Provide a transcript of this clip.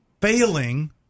failing